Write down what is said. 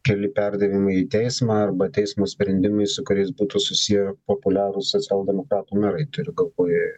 keli perdavimai į teismą arba teismo sprendimai su kuriais būtų susiję populiarūs socialdemokratų merai turiu galvoje